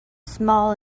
small